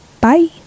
Bye